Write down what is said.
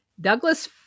Douglas